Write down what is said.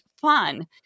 fun